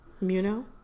Muno